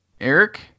Eric